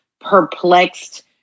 perplexed